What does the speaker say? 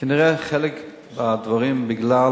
כנראה חלק מהם בגלל